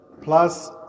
plus